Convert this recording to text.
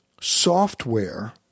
software